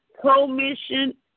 commission